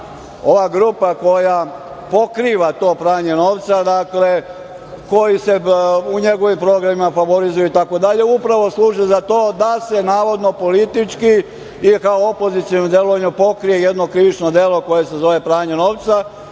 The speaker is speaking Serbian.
ova grupa koja pokriva to pranje novca, koji se u njegovim programima favorizuju itd. upravo služi za to da se navodno politički ili kao opoziciono delovanje pokrije jedno krivično delo koje se zove pranje novca